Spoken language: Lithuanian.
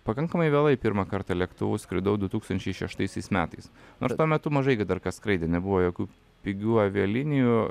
pakankamai vėlai pirmą kartą lėktuvu skridau du tūkstančiai šeštaisiais metais nors tuo metu mažai gi dar kas skraidė nebuvo jokių pigių avialinijų